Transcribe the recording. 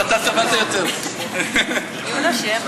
יהודה, שיהיה